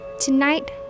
Tonight